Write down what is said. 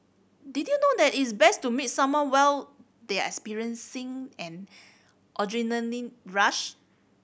did you know that is best to meet someone while they are experiencing an adrenaline rush